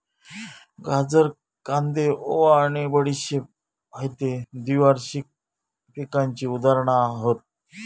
गाजर, कांदे, ओवा आणि बडीशेप हयते द्विवार्षिक पिकांची उदाहरणा हत